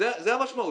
זו המשמעות.